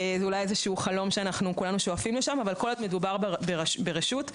אבל כל עוד מדובר ברשות,